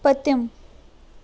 پٔتِم